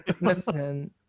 Listen